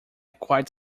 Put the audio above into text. quite